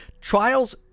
trials